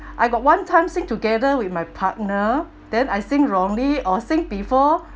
I got one time sing together with my partner then I sing wrongly or sing before